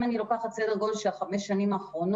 אם אני לוקחת סדר גודל של חמש השנים האחרונות,